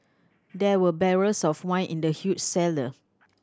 there were barrels of wine in the huge cellar